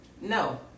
No